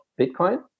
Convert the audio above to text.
Bitcoin